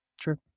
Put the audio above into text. Sure